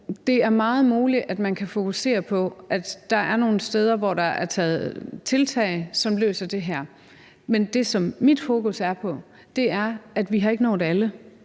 Det er meget muligt, at man kan fokusere på, at der er nogle steder, hvor der er taget tiltag, som løser det her. Men det, som mit fokus er på, er, at vi ikke har nået alle.